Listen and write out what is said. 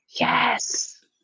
Yes